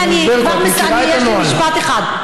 הינה, אני כבר מסיימת, יש לי משפט אחד.